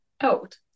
out